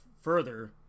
further